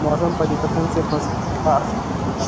मौसम परिवर्तन से फसल पर का असर होखेला?